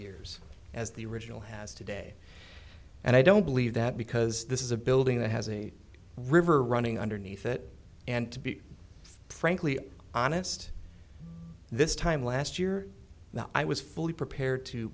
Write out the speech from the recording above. years as the original has today and i don't believe that because this is a building that has a river running underneath it and to be frankly honest this time last year that i was fully prepared to